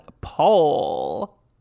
Paul